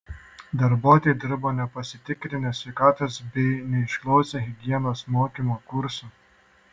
darbuotojai dirbo nepasitikrinę sveikatos bei neišklausę higienos mokymo kursų